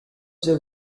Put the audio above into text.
the